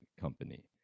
company